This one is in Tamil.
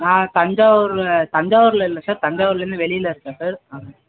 நான் தஞ்சாவூரில் தஞ்சாவூரில் இல்லை சார் தஞ்சாவூர்லேருந்து வெளியில் இருக்கேன் சார் ஆ